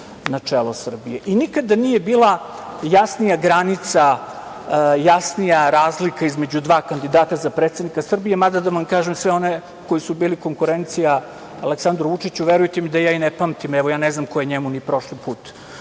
na čelo Srbije. Nikada nije bila jasnija razlika između dva kandidata za predsednika Srbije, mada da vam kažem da sve one koji su bili konkurencija Aleksandru Vučiću verujte da i ne pamtim. Evo, ja ne znam ko je njemu ni prošli put